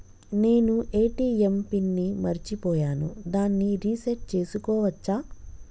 నేను ATM pin ని మరచిపోయాను దాన్ని రీ సెట్ చేసుకోవచ్చా?